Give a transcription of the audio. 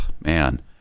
man